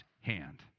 hand